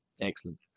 excellent